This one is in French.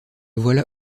voilà